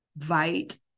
invite